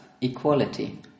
equality